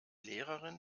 lehrerin